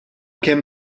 kemm